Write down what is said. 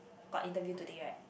got interview today right